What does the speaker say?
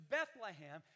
Bethlehem